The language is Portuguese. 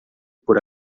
por